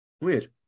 Weird